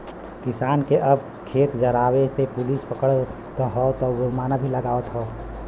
किसान के अब खेत जरावे पे पुलिस पकड़त हौ आउर जुर्माना भी लागवत हौ